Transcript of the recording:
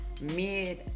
mid